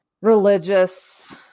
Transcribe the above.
religious